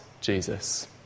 Jesus